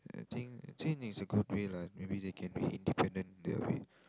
I think think it's a good way lah maybe they can be independent they'll be